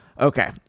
Okay